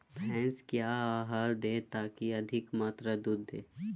भैंस क्या आहार दे ताकि अधिक मात्रा दूध दे?